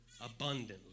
abundantly